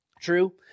True